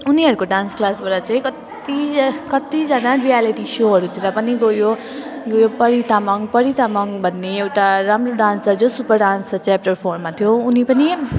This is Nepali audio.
उनीहरूको डान्स क्लासबाट चाहिँ कत्ति कत्तिजना रियालिटी सोहरूतिर पनि गयो परी तामाङ परी तामाङ भन्ने एउटा राम्रो डान्सर जो सुपर डान्सर च्याप्टर फोरमा थियो उनी पनि